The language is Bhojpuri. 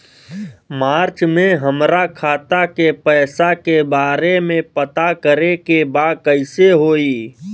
मार्च में हमरा खाता के पैसा के बारे में पता करे के बा कइसे होई?